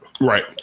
Right